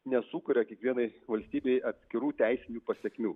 nesukuria kiekvienai valstybei atskirų teisinių pasekmių